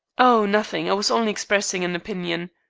oh, nothing. i was only expressing an opinion.